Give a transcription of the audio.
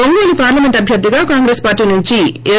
Ongole parliament అభ్యర్ధిగా Congress party నుంచి yes